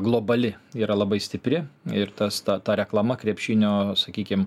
globali yra labai stipri ir tas ta ta reklama krepšinio sakykim